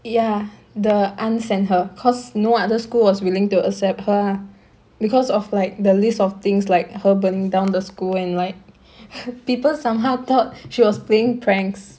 ya the aunt sent her cause no other school was willing to accept her uh because of like the list of things like her burning down the school and like people somehow thought she was playing pranks